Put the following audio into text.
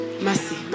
Mercy